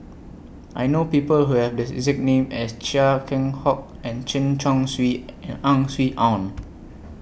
I know People Who Have The exact name as Chia Keng Hock and Chen Chong Swee and Ang Swee Aun